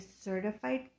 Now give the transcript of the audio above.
certified